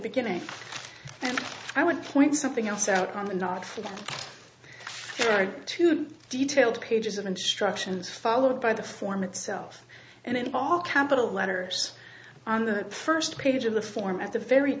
beginning and i want to point something else out on the not for the right to a detailed pages of instructions followed by the form itself and in all capital letters on the first page of the form at the very